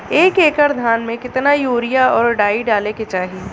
एक एकड़ धान में कितना यूरिया और डाई डाले के चाही?